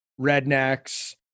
rednecks